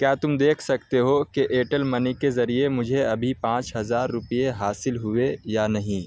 کیا تم دیکھ سکتے ہو کہ ایرٹیل منی کے ذریعے مجھے ابھی پانچ ہزار روپے حاصل ہوئے یا نہیں